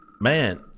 man